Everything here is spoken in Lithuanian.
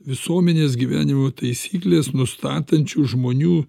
visuomenės gyvenimo taisyklės nustatančių žmonių